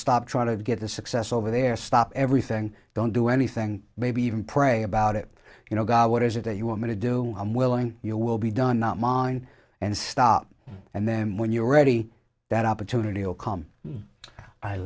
stop trying to get the success over there stop everything don't do anything maybe even pray about it you know god what is it that you are going to do i'm willing you will be done not mine and stop and then when you're ready that opportunity oh come